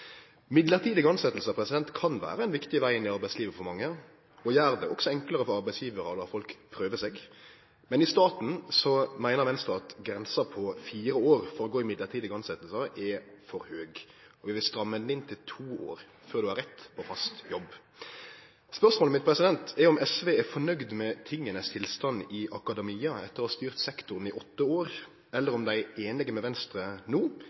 kan vere ein viktig veg inn i arbeidslivet for mange og gjer det også enklare for arbeidsgjevarar å la folk prøve seg. Men i staten meiner Venstre at grensa på fire år for å gå i mellombelse tilsetjingar er for høg. Vi vil stramme ho inn til to år før ein har rett til fast jobb. Spørsmålet mitt er om SV er fornøgd med tingenes tilstand i akademia etter å ha styrt sektoren i åtte år, eller om dei er einige med Venstre